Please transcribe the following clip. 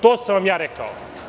To sam vam ja rekao.